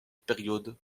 période